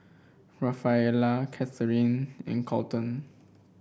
Rafaela Cathrine and Kolton